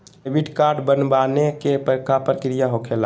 Debit card बनवाने के का प्रक्रिया होखेला?